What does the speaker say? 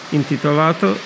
intitolato